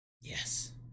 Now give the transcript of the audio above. Yes